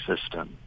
system